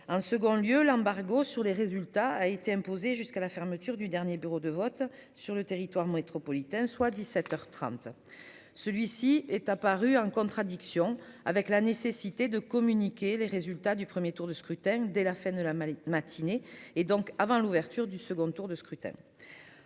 Un second lieu l'embargo sur les résultats a été imposée jusqu'à la fermeture du dernier bureau de vote sur le territoire métropolitain, soit 17h 30. Celui-ci est apparu en contradiction avec la nécessité de communiquer les résultats du 1er tour de scrutin dès la fin de la mallette matinée et donc avant l'ouverture du second tour de scrutin.